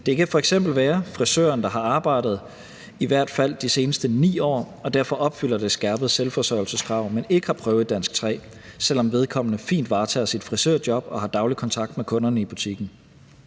Det kan f.eks. være frisøren, der har arbejdet i i hvert fald de seneste 9 år og derfor opfylder det skærpede selvforsørgelseskrav, men ikke har bestået prøve i dansk 3, selv om vedkommende fint varetager sit frisørjob og har daglig kontakt med kunderne i butikken.